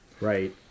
right